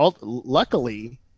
luckily